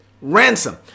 ransom